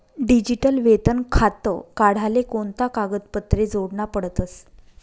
Digital वेतन खातं काढाले कोणता कागदपत्रे जोडना पडतसं?